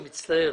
אני מצטער.